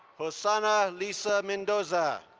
hosanna lisa mendoza.